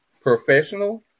professional